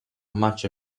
much